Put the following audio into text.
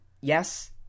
yes